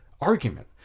argument